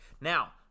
Now